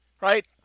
right